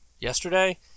yesterday